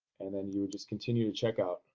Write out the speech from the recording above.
and then you would just continue to checkout.